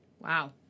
Wow